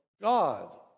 God